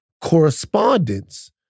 correspondence